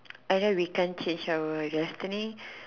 I know we can't change our destiny